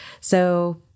So-